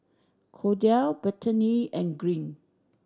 Kordell Bethany and Green